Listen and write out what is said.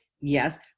Yes